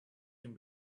can